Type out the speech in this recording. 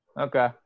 okay